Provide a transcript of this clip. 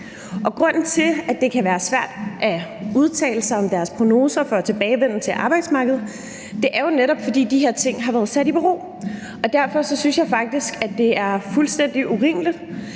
Grunden til, at det kan være svært at udtale sig om deres prognoser for tilbagevenden til arbejdsmarkedet, er jo netop, at de her ting har været sat i bero. Derfor synes jeg faktisk, at det er fuldstændig urimeligt,